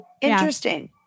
interesting